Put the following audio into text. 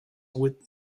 with